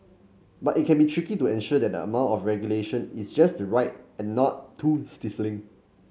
but it can be tricky to ensure that the amount of regulation is just right and not too stifling